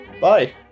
bye